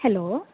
hello